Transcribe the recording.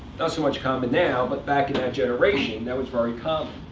not so much common now, but back in that generation, that was very common.